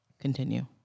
Continue